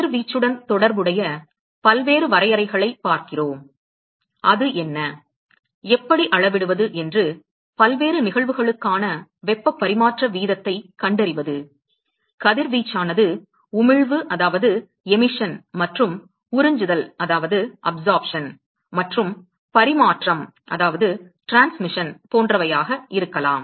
கதிர்வீச்சுடன் தொடர்புடைய பல்வேறு வரையறைகளைப் பார்க்கிறோம் அது என்ன எப்படி அளவிடுவது என்று பல்வேறு நிகழ்வுகளுக்கான வெப்பப் பரிமாற்ற வீதத்தைக் கண்டறிவது கதிர் வீச்சானது உமிழ்வு மற்றும் உறிஞ்சுதல் மற்றும் பரிமாற்றம் போன்றவையாக இருக்கலாம்